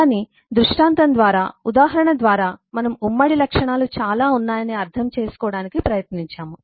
కాని దృష్టాంతం ద్వారా ఉదాహరణ ద్వారా మనం ఉమ్మడి లక్షణాలు చాలా ఉన్నాయని అర్థం చేసుకోవడానికి ప్రయత్నించాము